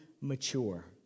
mature